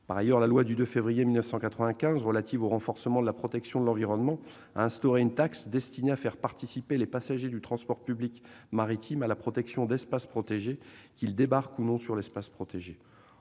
Par ailleurs, la loi du 2 février 1995 relative au renforcement de la protection de l'environnement a instauré une taxe destinée à faire participer les passagers du transport public maritime à la protection d'espaces protégés, qu'ils y débarquent ou non. En outre,